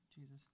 Jesus